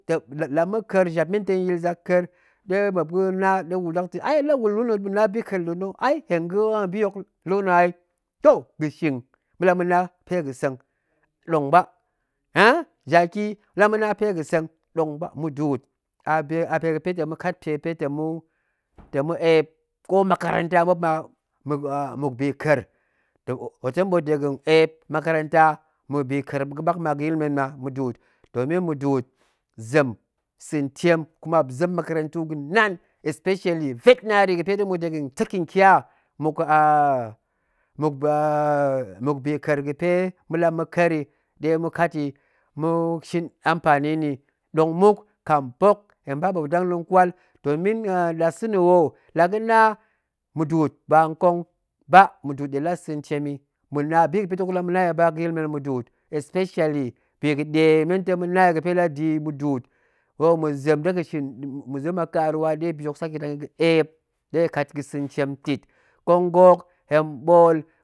La ma̱ka̱er jap men ta̱ yaa̱l zak ka̱er, dɗe muop ga̱na muop la wul lu na̱, na bika̱er lu na̱ ai hen ga̱bi hok lu na ai, toh ga̱shing maɗe la mana mpe ga̱ seng ɗong ba, ah, jaki ma̱nɗe la mana pe ga̱seng dong ba, mudu'ut, a pe ga̱pe ta̱ ma̱kat pe pe ta̱ ma̱ eep ko makaranta, muop ma mmuk bika̱er, muop ta̱ ɓoot dega̱ eep makaranta mmuk bika̱er ɓat ma ga̱yil men ma mudu'ut, domin mudu'ut zem santiem kuma muop zem makarantu ma̱nan specially vetrinary ga̱pe muop muop dega taking care mmuk bika̱er ga̱pe ma̱nɗe la ma̱ka̱er yi, ɗe ma̱kat yi ma̱shin ampani nni, domin kambok hen baɓop dang yit kwal, domin ndasa̱na wo la ga̱na mudʊut ba nkong ba, mudu'ut ɗe la santiem yi, ma̱ na bi ga̱pe dok ma̱nde la məna yi ba ga̱yil men mudu'ut specially bi ga̱ɗe men ta̱ ma̱na yi, ga̱pe. nde la da̱ yi mudu'ut, oh ma̱zem dega̱ shin ma̱zem a karuwa ɗe bi hok ga̱ sake dang yil ga̱ cep ɗega̱ kat yi ga̱ sa̱ntiem ntit, nkong ga̱ hok hen ɓool--